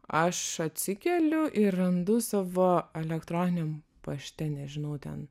aš atsikeliu ir randu savo elektroniniam pašte nežinau ten